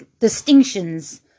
distinctions